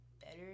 better